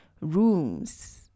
rooms